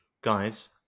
Guys